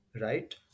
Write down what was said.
right